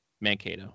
Mankato